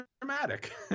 dramatic